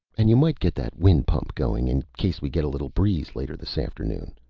and you might get that wind pump going in case we get a little breeze later this afternoon.